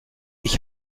ich